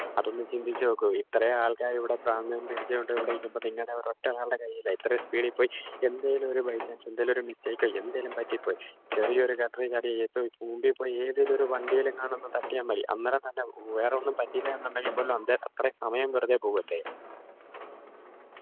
അതൊന്നു ചിന്തിച്ചു നോക്കൂ ഇത്രയും ആൾക്കാർ ഇവിടെ പ്രാണനും പിടിച്ചു കൊണ്ട് ഇവിടെ നിൽക്കുമ്പോൾ നിങ്ങളുടെ ഒരൊറ്റ ഒരാളുടെ കൈയിലാണ് ഇത്രയും സ്പീഡിൽ പോയി എന്തേലും ഒരു ബൈ ചാൻസ് എന്തെങ്കിലുമൊരു മിസ്റ്റേക്ക് എന്തേലും പറ്റിപ്പോയി ചെറിയ ഒരു കട്ടറിൽ ചാടിയാൽ മുമ്പിൽ പോയ ഏതേലും ഒരു വണ്ടിയിൽ എങ്ങാനും ഒന്ന് തട്ടിയാൽ മതി അന്നേരം തന്നെ വേറൊന്നും പറ്റിയില്ല എന്നുണ്ടെങ്കിൽ പോലും അത്രയും സമയം വെറുതെ പോകുമല്ലേ